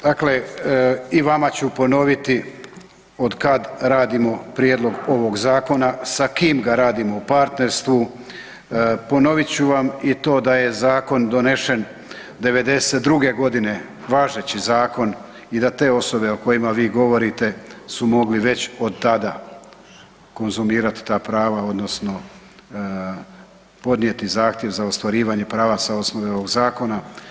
Dakle i vama ću ponoviti od kad radimo prijedlog ovog zakona, sa kim ga radimo u partnerstvu, ponovit ću vam i to da je zakon donesen '92. godine, važeći zakon i da te osobe o kojima vi govorite su mogli već od tada konzumirati ta prava odnosno podnijeti zahtjev za ostvarivanje prava sa osnove ovog zakona.